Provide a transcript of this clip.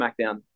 SmackDown